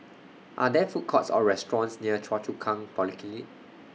Are There Food Courts Or restaurants near Choa Chu Kang Polyclinic